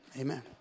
Amen